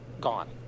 Gone